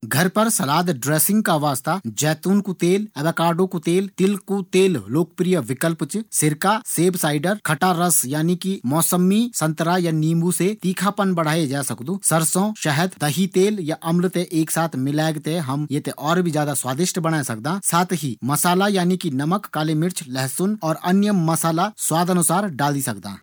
घर पर सलाद ड्रेसिंग का वास्ता जैतून कू तेल, अवाकाडो कू तेल, तिल कू तेल लोकप्रिय विकल्प च। सिरका, सेब साइडरस, खट्टापानी यानि कि मौसमी, संतरा, नीम्बू से तीखापन बढ़ाये जै सकदु। सरसों, शहद, दही, तेल या अम्ल थें एक साथ मिले थें हम ये थें और भी ज्यादा स्वादिष्ट बणे सकदा। साथ ही मसाला यानि कि नमक, काली मिर्च, लहसुन और अन्य मसाला स्वादानुसार डाल सकदां।